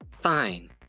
fine